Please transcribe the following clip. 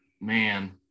man